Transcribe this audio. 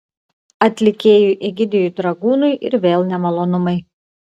atlikėjui egidijui dragūnui ir vėl nemalonumai